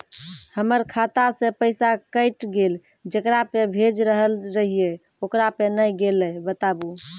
हमर खाता से पैसा कैट गेल जेकरा पे भेज रहल रहियै ओकरा पे नैय गेलै बताबू?